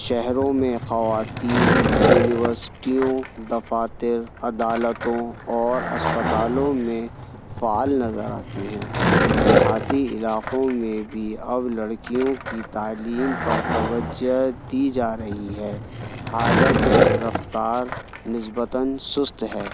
شہروں میں خواتین یونیورسٹیوں دفاتر عدالتوں اور اسپتالوں میں فعال نظر آتی ہیں دیہاتی علاقوں میں بھی اب لڑکیوں کی تعلیم پر توجہ دی جا رہی ہے حالانکہ رفتار نسبتاً سست ہے